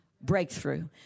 breakthrough